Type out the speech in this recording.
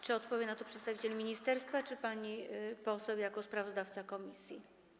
Czy odpowie na to przedstawiciel ministerstwa, czy pani poseł jako sprawozdawca komisji?